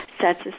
sets